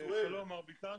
דבר נוסף ברשותכם,